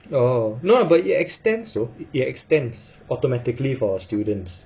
oh no it extends though it extends automatically for students